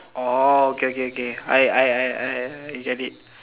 oh okay okay okay I I I I get it